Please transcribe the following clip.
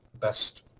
best